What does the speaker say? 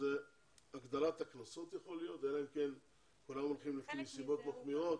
הגדלת הקנסות אלא אם כן הולכים לפי נסיבות מחמירות.